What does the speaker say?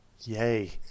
Yay